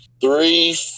three